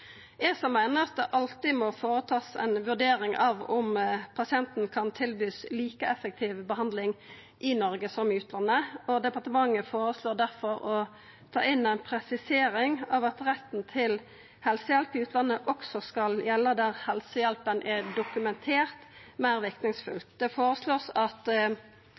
meiner at det alltid må gjerast ei vurdering av om pasienten kan få tilbod om ei like effektiv behandling i Noreg som i utlandet, departementet føreslår difor å ta inn ei presisering om at retten til helsehjelp i utlandet også skal gjelda der helsehjelpa er dokumentert meir verknadsfull. Det vert føreslått at